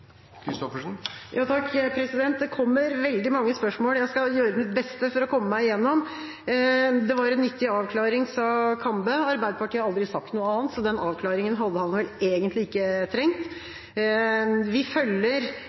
Det kommer veldig mange spørsmål. Jeg skal gjøre mitt beste for å komme meg igjennom. Det var en nyttig avklaring, sa representanten Kambe. Arbeiderpartiet har aldri sagt noe annet, så den avklaringen hadde han vel egentlig ikke trengt. Vi følger